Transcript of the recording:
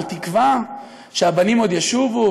על תקווה שהבנים עוד ישובו,